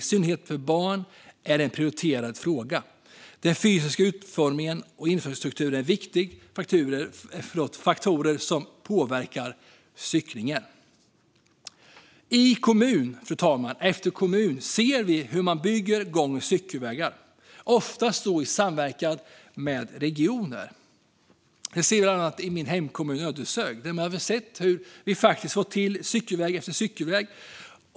I synnerhet för barn är det en prioriterad fråga. Den fysiska utformningen och infrastrukturen är viktiga faktorer som påverkar cyklingen. Fru talman! I kommun efter kommun ser vi hur man bygger gång och cykelvägar, oftast i samverkan med regioner. Detta ser vi bland annat i min hemkommun Ödeshög. Vi har sett hur vi faktiskt fått till cykelväg efter cykelväg.